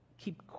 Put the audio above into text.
Keep